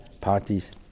parties